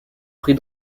pris